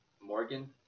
Morgan